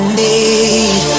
need